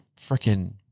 freaking